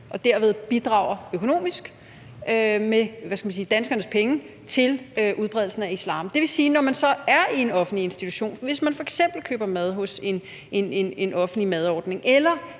og derved bidrager man økonomisk med danskernes penge til udbredelsen af islam. Det vil sige, at når man så er i en offentlig institution – f.eks. køber mad hos en offentlig madordning eller